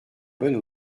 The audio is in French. bonne